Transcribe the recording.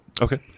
Okay